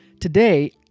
Today